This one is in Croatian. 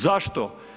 Zašto?